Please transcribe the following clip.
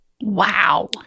Wow